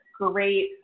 great